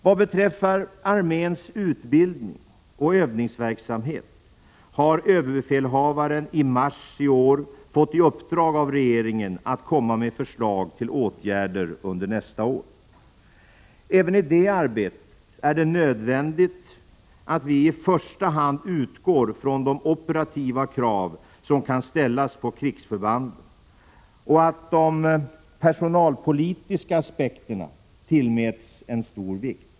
Vad beträffar arméns utbildningsoch övningsverksamhet har överbefälhavaren i mars i år fått i uppdrag av regeringen att komma med förslag till åtgärder under nästa år. Även i det arbetet är det nödvändigt att vi i första hand utgår från de operativa krav som kan ställas på krigsförbanden och att de ”personalpolitiska” aspekterna tillmäts en stor vikt.